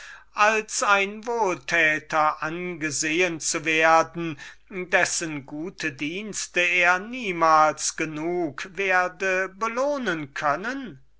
als ein wohltäter von ihm angesehen zu werden dessen gute dienste er niemals genug werde belohnen können